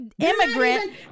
immigrant